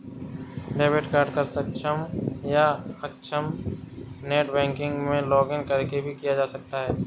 debit card को सक्षम या अक्षम नेट बैंकिंग में लॉगिंन करके भी किया जा सकता है